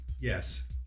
Yes